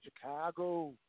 Chicago